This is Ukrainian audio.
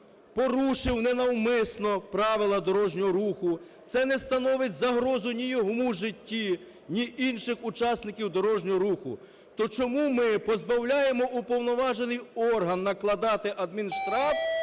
порушив ненавмисно правила дорожнього руху, це не становить загрозу ні його життю, ні інших учасників дорожнього руху, то чому ми позбавляємо уповноважений орган накладати адмінштраф